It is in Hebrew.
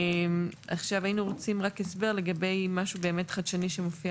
היינו רוצים הסבר לגבי משהו חדשני שמופיע